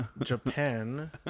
Japan